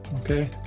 okay